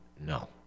No